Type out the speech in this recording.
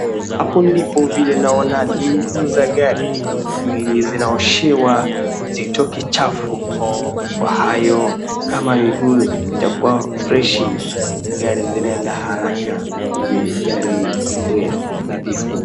Hapo ndipo vile naona ni mguu za gari ili zinaoshewa zitoke chafu kwa hayo kama miguu yatakua freshi gari zinaenda haraka hivyo gari akuwe nadhifu.